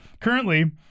currently